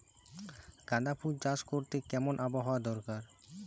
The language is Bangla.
গাঁদাফুল চাষ করতে কেমন আবহাওয়া দরকার?